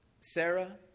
Sarah